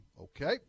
Okay